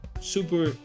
Super